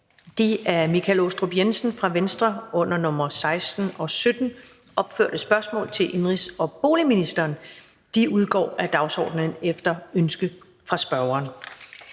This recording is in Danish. de af Michael Aastrup Jensen fra Venstre under nr. 16 og 17 opførte spørgsmål til indenrigs- og boligministeren udgår af dagsordenen efter ønske fra spørgeren.